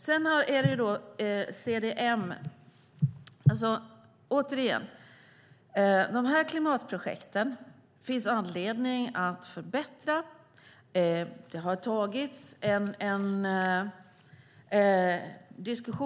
Sedan har vi detta med CDM. Det finns anledning att förbättra de här klimatprojekten.